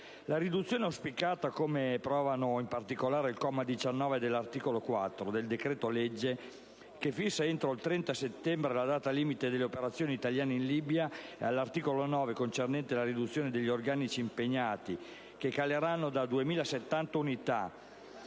La riduzione auspicata, come provano in particolare il comma 19 dell'articolo 4 del decreto-legge, che fissa al 30 settembre la data limite delle operazioni italiane in Libia, e l'articolo 9 concernente la riduzione degli organici impegnati, che caleranno di 2070 unità